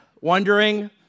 wondering